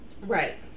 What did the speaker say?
Right